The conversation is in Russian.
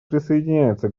присоединяется